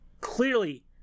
clearly